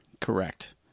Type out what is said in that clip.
Correct